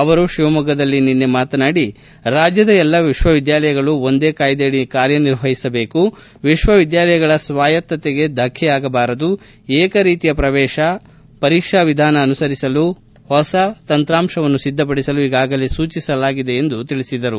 ಅವರು ಶಿವಮೊಗ್ಗದಲ್ಲಿ ನಿನ್ನೆ ಮಾತನಾಡಿ ರಾಜ್ಜದ ಎಲ್ಲಾ ವಿಶ್ವವಿದ್ಯಾಲಯಗಳು ಒಂದೇ ಕಾಯ್ದೆಯಡಿ ಕಾರ್ಯನಿರ್ವಹಿಸಬೇಕು ವಿಶ್ವವಿದ್ಯಾಲಯಗಳ ಸಾಯತ್ತತೆಗೆ ಧಕ್ಕೆಯಾಗಬಾರದು ಏಕ ರೀತಿಯ ಪ್ರವೇಶ ಪರೀಕ್ಷಾ ವಿಧಾನ ಅನುಸರಿಸಲು ಹೊಸ ತಂತ್ರಾಂಶವನ್ನು ಸಿದ್ದಪಡಿಸಲು ಈಗಾಗಲೇ ಸೂಚಿಸಲಾಗಿದೆ ಎಂದು ಹೇಳಿದರು